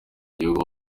gihugu